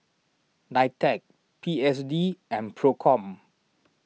Nitec P S D and Procom